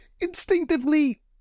Instinctively